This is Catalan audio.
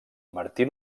martí